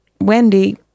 Wendy